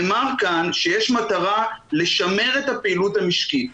נאמר כאן שיש מטרה לשמר את הפעילות המשקית,